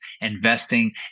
investing